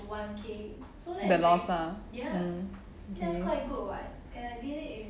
the loss ah mm okay